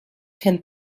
can